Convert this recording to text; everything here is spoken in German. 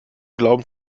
glauben